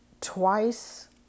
twice